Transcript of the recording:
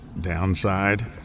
Downside